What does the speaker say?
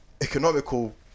Economical